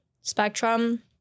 spectrum